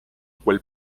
quel